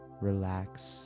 relax